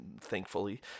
thankfully